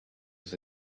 was